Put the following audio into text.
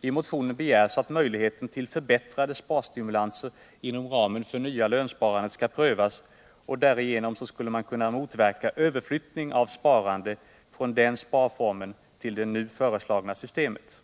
I motionen begärs att möjligheten till förbättrade sparstimulanser inom ramen för det nya lönsparandet skall prövas. Därigenom skulle man kunna motverka överflyttning av sparande från den sparformen till det nu föreslagna systemet.